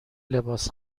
لباس